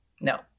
No